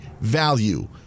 value